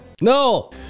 No